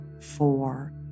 four